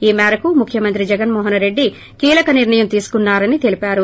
ఈ మేరకు ముఖ్యమంత్రి జగన్మోహనరెడ్డి కీలక నిర్ణయం తీసుకున్నారని తెలిపారు